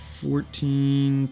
fourteen